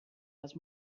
les